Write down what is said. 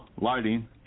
Lighting